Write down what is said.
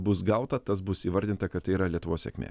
bus gauta tas bus įvardinta kad tai yra lietuvos sėkmė